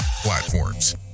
platforms